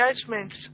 judgments